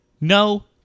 No